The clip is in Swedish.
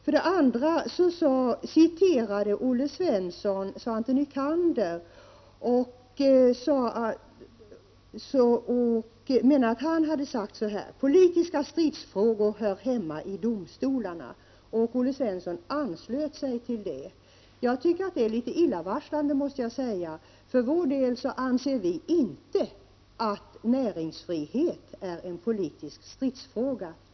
Sedan citerade Olle Svensson Svante Nycander, som hade sagt att politiska stridsfrågor inte hör hemma i domstolarna. Olle Svensson anslöt sig till det. Jag tycker att det är illavarslande. Vi i folkpartiet anser inte att näringsfrihet är en politisk stridsfråga.